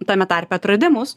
tame tarpe atradimus